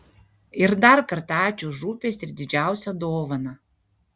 ir dar kartą ačiū už rūpestį ir didžiausią dovaną